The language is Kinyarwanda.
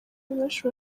benshi